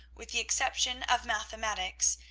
with the exception of mathematics,